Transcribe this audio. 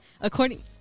According